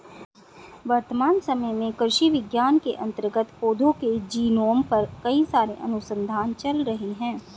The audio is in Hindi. वर्तमान समय में कृषि विज्ञान के अंतर्गत पौधों के जीनोम पर कई सारे अनुसंधान चल रहे हैं